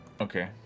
Okay